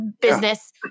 business